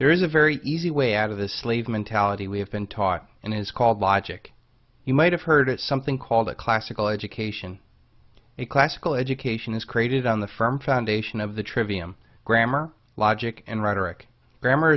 there is a very easy way out of this slave mentality we have been taught and it is called logic you might have heard of something called a classical education a classical education is created on the firm foundation of the trivium grammar logic and rhetoric grammar